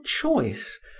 choice